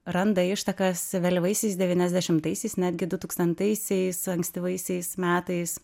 randa ištakas vėlyvaisiais devyniasdešimtaisiais netgi du tūkstantaisiais ankstyvaisiais metais